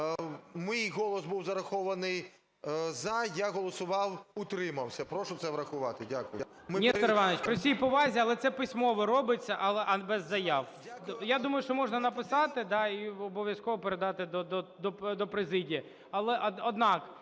мій голос був зарахований "за", я голосував "утримався". Прошу це врахувати. Дякую.